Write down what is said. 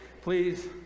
please